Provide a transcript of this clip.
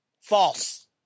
False